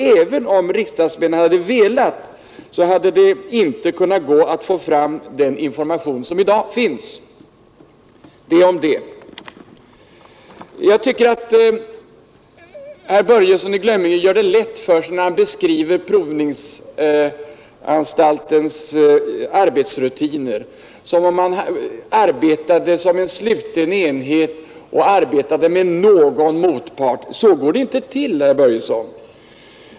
Även om riksdagsmännen hade velat, hade det inte gått att få fram den information som i dag finns. Jag tycker att herr Börjesson i Glömminge gör det lätt för sig när han beskriver provningsanstaltens arbetsrutiner som om den arbetade som en sluten enhet och arbetade med någon motpart. Så går det inte till, herr Börjesson.